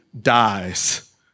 dies